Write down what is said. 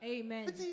Amen